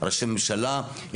ראשי ממשלה,